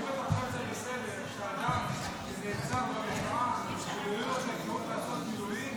האם אתה חושב שזה בסדר שאדם שנעצר במחאה --- לעשות מילואים